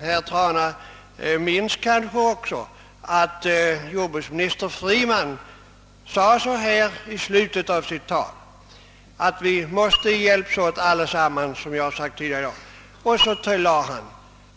Herr Trana minns kanske också att jordbruksminister Freeman sade i slutet av sitt tal att vi måste hjälpas åt allesammans — som jag sagt tidigare i dag — och tillade: